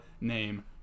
name